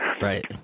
Right